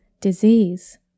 disease